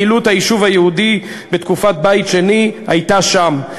תהיה רגוע חלק ניכר מפעילות היישוב היהודי בתקופת בית שני הייתה שם,